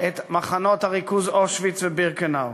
את מחנות הריכוז אושוויץ ובירקנאו.